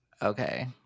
Okay